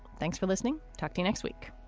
thanks for listening. talk to next week